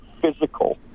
physical